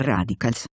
Radicals